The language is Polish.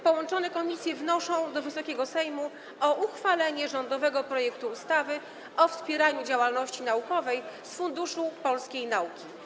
Połączone komisje wnoszą do Wysokiego Sejmu o uchwalenie rządowego projektu ustawy o wspieraniu działalności naukowej z Funduszu Polskiej Nauki.